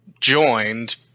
joined